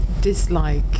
dislike